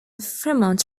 fremont